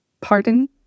pardon